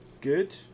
good